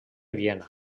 viena